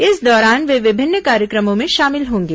इस दौरान वे विभिन्न कार्यक्रमों में शामिल होंगे